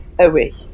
away